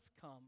come